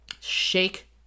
Shake